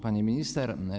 Pani Minister!